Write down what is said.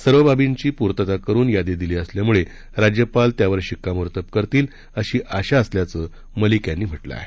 सर्व बाबींची पूर्तता करून यादी दिली असल्यामुळे राज्यपाल त्यावर शिक्कामोर्तब करतील अशी आशा असल्याचं मलिक यांनी म्हटलं आहे